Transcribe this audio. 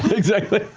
exactly.